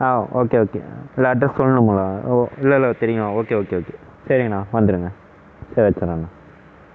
ஆ okay okay இல்லை address சொல்லணுங்களா இல்லை இல்லை தெரியும் ஓகே ஓகே ஓகே சரிங்கண்ணா வந்துடுங்க சரி வச்சுட்றேங்கண்ணா